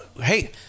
hey